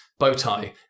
Bowtie